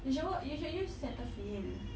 you should wash you should use Cetaphil